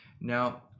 Now